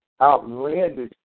outlandish